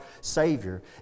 Savior